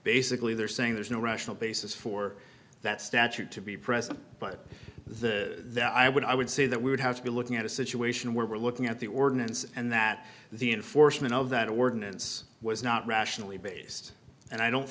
basically they're saying there's no rational basis for that statute to be present but the that i would i would say that we would have to be looking at a situation where we're looking at the ordinance and that the enforcement of that ordinance was not rationally based and i don't